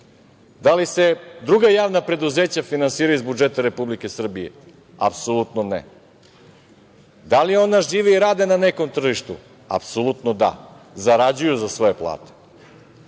ne. Da li se druga javna preduzeća finansiraju iz budžeta Republike Srbije? Apsolutno, ne. Da li ona žive i rade na nekom tržištu1? Apsolutno, da. Zarađuju za svoje plate.A